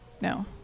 No